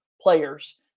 players